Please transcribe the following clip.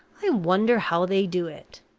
i wonder how they do it?